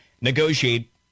negotiate